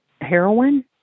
heroin